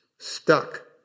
stuck